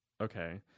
Okay